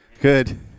Good